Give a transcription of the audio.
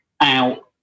out